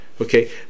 Okay